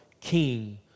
king